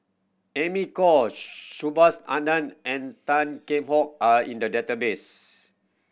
Amy Khor Subhas Anandan and Tan Kheam Hock are in the database